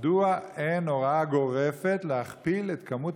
מדוע אין הוראה גורפת להכפיל את כמות